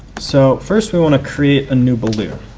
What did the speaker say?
so first we want to create a new balloon.